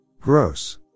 Gross